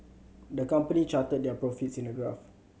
the company charted their profits in a graph